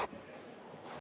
Kõik